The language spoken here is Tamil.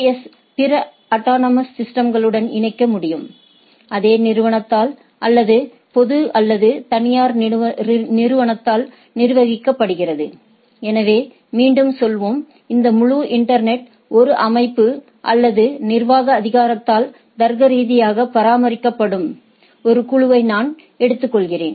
எஸ் பிற அட்டானமஸ் சிஸ்டம்களுடன் இணைக்க முடியும் அதே நிறுவனத்தால் அல்லது பொது அல்லது தனியார் நிறுவனத்தால் நிர்வகிக்கப்படுகிறது எனவே மீண்டும் சொல்வோம் இந்த முழு இன்டர்நெட் ஒரு அமைப்பு அல்லது நிர்வாக அதிகாரத்தால் தர்க்கரீதியாக பராமரிக்கப்படும் ஒரு குழுவை நான் எடுத்துக்கொள்கிறேன்